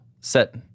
set